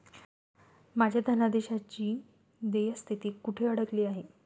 माझ्या धनादेशाची देय स्थिती कुठे अडकली आहे?